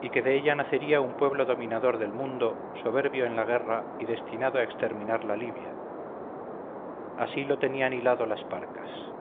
y que de ella nacería un pueblo dominador del mundo soberbio en la guerra y destinado a exterminar la libia así lo tenían hilado las parcas